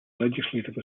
legislative